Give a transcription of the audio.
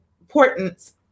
importance